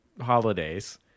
holidays